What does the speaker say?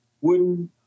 wooden